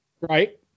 Right